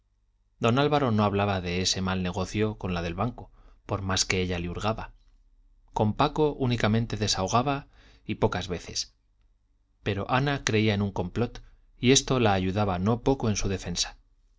don álvaro no hablaba de este mal negocio con la del banco por más que ella le hurgaba con paco únicamente desahogaba y pocas veces pero ana creía en un complot y esto la ayudaba no poco en su defensa